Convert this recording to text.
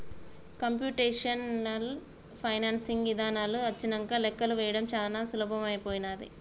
computational financing ఇదానాలు వచ్చినంక లెక్కలు వేయడం చానా సులభమైపోనాది